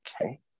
Okay